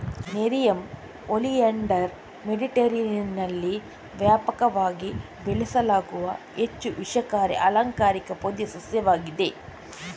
nerium oleander ಮೆಡಿಟರೇನಿಯನ್ನಲ್ಲಿ ವ್ಯಾಪಕವಾಗಿ ಬೆಳೆಸಲಾಗುವ ಹೆಚ್ಚು ವಿಷಕಾರಿ ಅಲಂಕಾರಿಕ ಪೊದೆ ಸಸ್ಯವಾಗಿದೆ